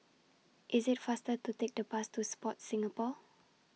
IS IT faster to Take The Bus to Sport Singapore